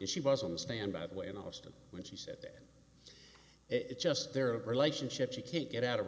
and she was on the stand by the way in austin when she said that it's just their relationship she can't get out of